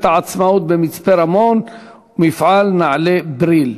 "העצמאות" במצפה-רמון ומפעל נעלי "בריל",